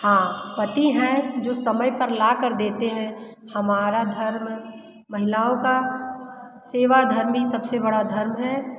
हाँ पति है जो समय पर ला कर देते हैं हमारा धर्म महिलाओं का सेवा धर्म ही सब से बड़ा धर्म है